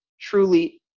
truly